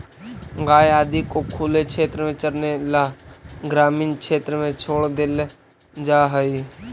गाय आदि को खुले क्षेत्र में चरने ला ग्रामीण क्षेत्र में छोड़ देल जा हई